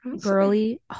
Girly